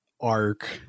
arc